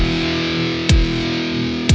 the